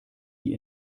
die